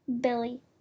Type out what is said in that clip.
Billy